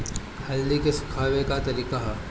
हल्दी के सुखावे के का तरीका ह?